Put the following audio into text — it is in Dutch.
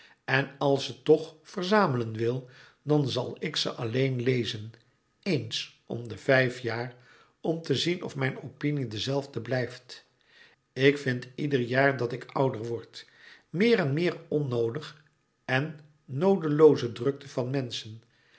en als ze ze toch verzamelen wil dan zal ik ze alleen lezen éens om de vijf jaar om te zien of mijn opinie de zelfde blijft ik vind ieder jaar dat ik ouder word meer en meer onnoodig en noodelooze drukte van menschen